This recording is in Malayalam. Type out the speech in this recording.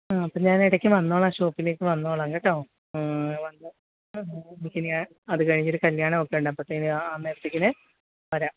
പിന്നെ ഞാൻ ഇടയ്ക്ക് വന്നോളാം ഷോപ്പിലേക്ക് വന്നോളാം കേട്ടോ വന്ന് ശനിയാ അത് കഴിഞ്ഞൊരു കല്യാണം ഒക്കെ ഉണ്ട് അപ്പോഴത്തേന് അന്നേരത്തേക്കിണ് വരാം